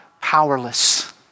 powerless